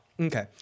Okay